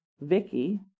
Vicky